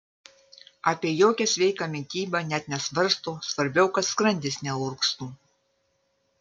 apie jokią sveiką mitybą net nesvarsto svarbiau kad skrandis neurgztų